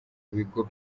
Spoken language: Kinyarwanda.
bigo